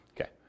Okay